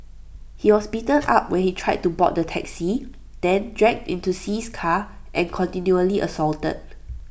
he was beaten up when he tried to board the taxi then dragged into See's car and continually assaulted